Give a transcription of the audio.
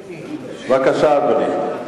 בבקשה, אדוני.